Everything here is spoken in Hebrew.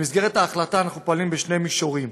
במסגרת ההחלטה אנחנו פועלים בשני מישורים: